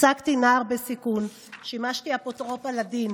ייצגתי נוער בסיכון, שימשתי אפוטרופוס לדין